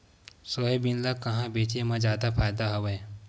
Soybean ल कहां बेचे म जादा फ़ायदा हवय?